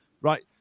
right